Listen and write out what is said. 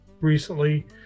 recently